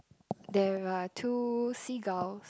there are two seagulls